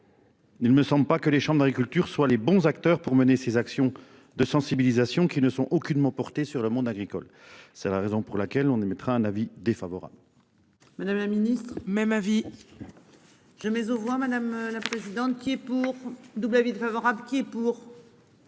Il me semble pas que les chambres d'agriculture soient les bons acteurs pour mener ses actions de sensibilisation qui ne sont aucunement porter sur le monde agricole. C'est la raison pour laquelle on émettra un avis défavorable. Madame la Ministre même avis. Je mais aux voix, madame la présidente, qui est pour double avis défavorable qui est pour.